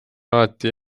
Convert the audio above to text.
alati